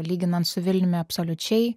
lyginant su vilniumi absoliučiai